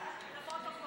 רגע, רגע, לפרוטוקול.